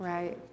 Right